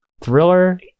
thriller